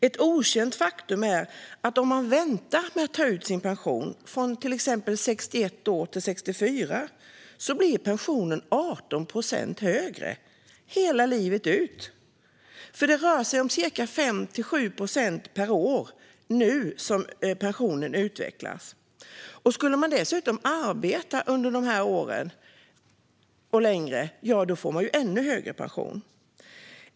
Ett okänt faktum är att om man väntar med att ta ut sin pension från till exempel 61 till 64 års ålder blir pensionen 18 procent högre hela livet ut. Det rör sig om 5-7 procent per år så som pensionen nu utvecklas. Skulle man dessutom arbeta under dessa år och även längre får man ännu högre pension.